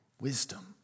Wisdom